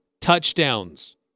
touchdowns